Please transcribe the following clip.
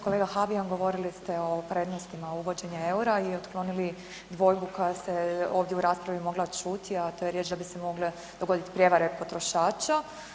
Kolega Habijan, govorili ste o prednostima uvođenja eura i otklonili dvojbu koja se ovdje u raspravi mogla čuti, a to je riječ da bi se mogle dogoditi prijevare potrošača.